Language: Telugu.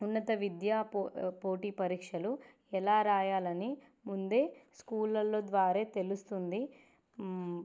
ఉన్నత విద్యా పో పోటీ పరీక్షలు ఎలా రాయాలని ముందే స్కూళ్ళ ద్వారా తెలుస్తుంది